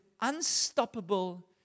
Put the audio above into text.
unstoppable